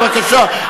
בבקשה,